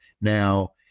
now